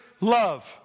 love